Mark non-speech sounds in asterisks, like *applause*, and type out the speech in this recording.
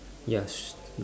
ya *noise*